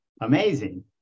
amazing